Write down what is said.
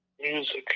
music